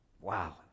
wow